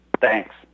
Thanks